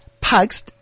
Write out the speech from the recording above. pugs